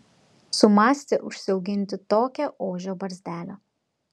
sumąstė užsiauginti tokią ožio barzdelę